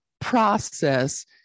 process